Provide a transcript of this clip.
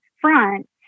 front